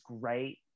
great